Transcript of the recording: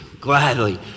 gladly